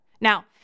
Now